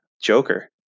Joker